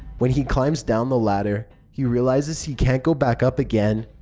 when he climbs down the ladder, he realizes he can't go back up again.